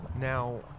Now